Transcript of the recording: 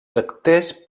tractés